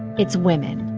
it's women.